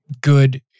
good